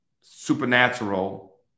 supernatural